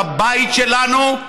בבית שלנו,